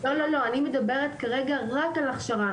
לא, אני מדברת כרגע רק על הכשרה.